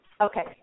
Okay